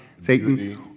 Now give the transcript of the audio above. Satan